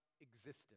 existence